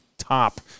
top